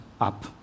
up